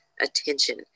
attention